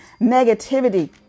negativity